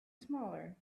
smaller